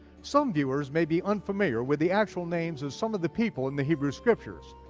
some viewers may be unfamiliar with the actual names of some of the people in the hebrew scriptures,